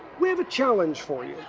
we have a challenge for you.